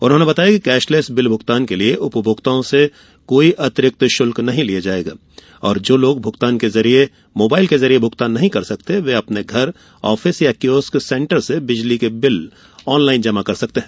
उन्होंने बताया कि केशलेस बिल भुगतान के लिये उपभोक्ताओं से कोई अतिरिक्त शुल्क नहीं लिया जायेगा और जो लोग मोबाईल के जरिये भुगतान नहीं कर सकते वे लोग अपने घर आफिस या कियोस्क सेंटर से बिजली के बिल ऑनलाईन जमा कर सकते हैं